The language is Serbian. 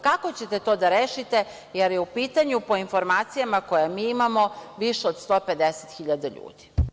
Kako ćete to da rešiti, jer je u pitanju, po informacijama koje mi imamo, više od 150.000 ljudi?